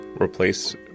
replace